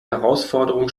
herausforderung